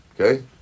okay